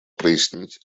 прояснить